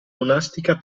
monastica